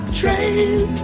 train